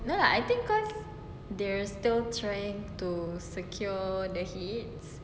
no lah I think cause they are still trying to secure the heats